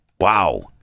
Wow